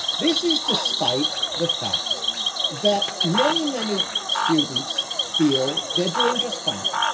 this is despite the fact that many, many students feel they're doing just fine.